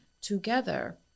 together